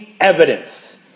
evidence